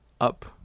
up